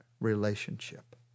relationship